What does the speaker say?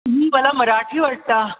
तुम्ही मला मराठी वाटता